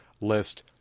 list